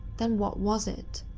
then what was it?